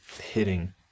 hitting